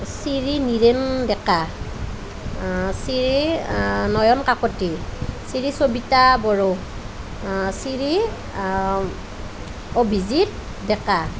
Shri Niren Deka Shri Nayan Kakati Shri Sabita Boro Shri Abhijit Deka